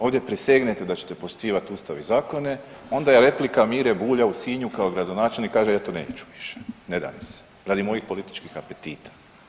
Ovdje prisegnete da ćete poštivati Ustav i zakone, onda je replika Mire Bulja u Sinju kao gradonačelnik kaže ja to neću, ne da mi se, radi mojih političkih apetita.